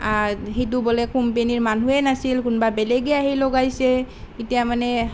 সেইটো বোলে কোম্পানীৰ মানুহে নাছিল কোনোবা বেলেগে আহি লগাইছে এতিয়া মানে